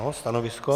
Stanovisko?